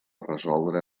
resoldre